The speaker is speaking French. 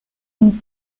une